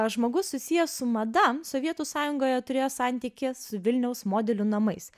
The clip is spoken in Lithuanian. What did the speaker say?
žmogus susijęs su mada sovietų sąjungoje turėjo santykį su vilniaus modelių namais